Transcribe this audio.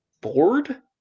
bored